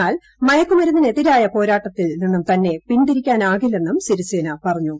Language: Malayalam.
എന്നാൽ മയക്കു മരുന്നിനെതിരായ പോരാട്ടത്തിൽ നിന്നും തന്നെ പിന്തിരിപ്പിക്കാനാകില്ലെന്നും സിരിസേന പറഞ്ഞു